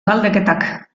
galdeketak